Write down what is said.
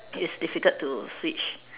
it's difficult to switch